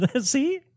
See